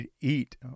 eat